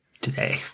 today